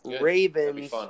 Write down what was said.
Ravens